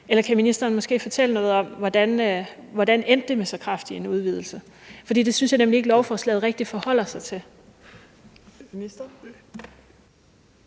Eller kan ministeren måske fortælle noget om, hvordan det endte med så kraftig en udvidelse? For det synes jeg nemlig ikke rigtig at lovforslaget forholder sig til.